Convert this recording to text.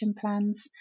plans